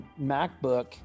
macbook